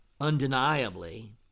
undeniably